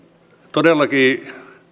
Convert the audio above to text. todellakin